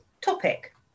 topic